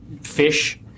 fish